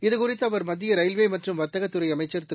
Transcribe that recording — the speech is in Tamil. இதுகுறித்து அவர் மத்திய ரயில்வே மற்றும் வர்த்தகத்துறை அமைச்சர் திரு